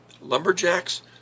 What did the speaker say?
lumberjacks